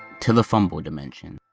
to the fumble dimension.